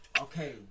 Okay